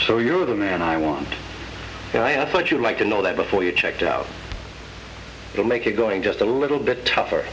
so you're the man i want and i thought you'd like to know that before you checked out to make it going just a little bit tougher